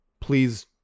Please